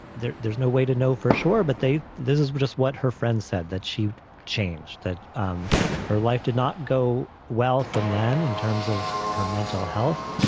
there's there's no way to know for sure. but they this is just what her friends said, that she changed, that um her life did not go well from then in terms of her mental health.